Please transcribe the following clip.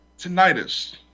tinnitus